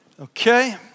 Okay